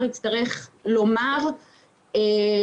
גם נציגי ארגונים וגם אקדמיה.